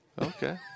Okay